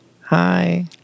Hi